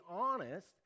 honest